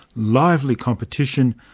lively competition,